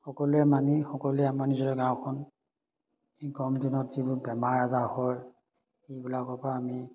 সকলোৱে মানি সকলোৱে আমাৰ নিজৰ গাঁওখন এই গৰম দিনত যিবোৰ বেমাৰ আজাৰ হয় এইবিলাকৰ পৰা আমি